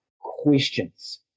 questions